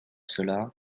cela